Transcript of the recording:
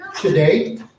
today